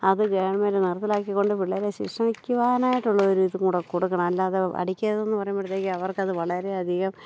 അത് ഗവൺമെൻ്റ് നടപ്പിലാക്കിക്കൊണ്ട് പിള്ളേരെ ശിക്ഷിക്കുവാനായിട്ടുള്ള ഒരു ഇതും കൂടെ കൊടുക്കണം അല്ലാതെ അടിക്കരുതെന്ന് പറയുമ്പോഴത്തേക്കും അവർക്ക് അത് വളരെയധികം